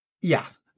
yes